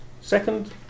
Second